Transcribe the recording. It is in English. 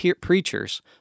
preachers